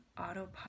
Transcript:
autopilot